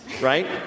right